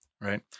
right